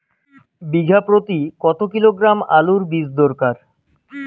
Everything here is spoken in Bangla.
বিঘা প্রতি কত কিলোগ্রাম আলুর বীজ দরকার?